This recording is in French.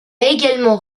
également